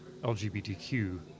LGBTQ